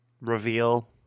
reveal